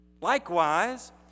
likewise